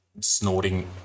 snorting